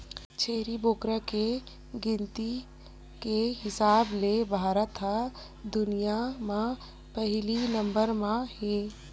छेरी बोकरा के गिनती के हिसाब ले भारत ह दुनिया म पहिली नंबर म हे